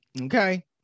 okay